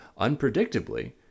unpredictably